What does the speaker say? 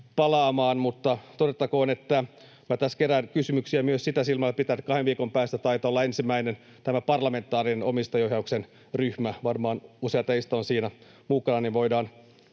palaamaan, mutta todettakoon, että minä tässä kerään kysymyksiä myös sitä silmällä pitäen, että kahden viikon päästä taitaa olla ensimmäinen parlamentaarinen omistajaohjauksen ryhmä. Varmaan useat teistä ovat siinä mukana, niin voidaan